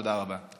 תודה רבה.